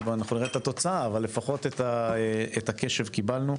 אנחנו נראה את התוצאה, אבל לפחות את הקשב קיבלנו.